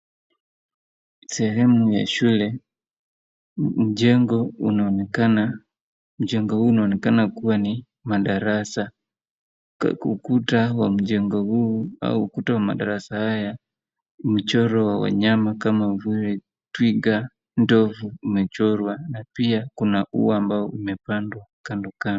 Sehemu ya shule mjengo unaonekana. Mjengo huu unaonekana kuwa ni kama ni madarasa. Ukuta wa mjengo huu au ukuta wa madarasa haya ni mchoro wa wanyama kama vile twiga, ndovu umechorwa na pia kuna ua ambao umepanwa kando kando.